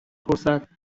پرسد